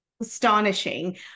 astonishing